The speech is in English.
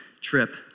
trip